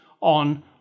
on